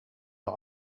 are